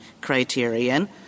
criterion